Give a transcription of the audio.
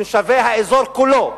תושבי האזור כולו,